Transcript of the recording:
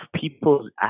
people's